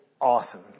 awesome